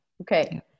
Okay